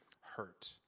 hurt